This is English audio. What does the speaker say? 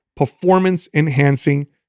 Performance-enhancing